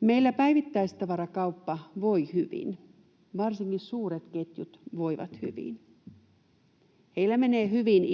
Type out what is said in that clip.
Meillä päivittäistavarakauppa voi hyvin. Varsinkin suuret ketjut voivat hyvin. Heillä menee hyvin